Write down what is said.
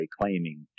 claiming